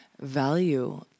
value